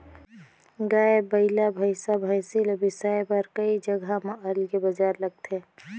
गाय, बइला, भइसा, भइसी ल बिसाए बर कइ जघा म अलगे बजार लगथे